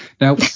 Now